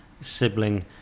sibling